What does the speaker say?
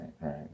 right